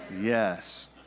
Yes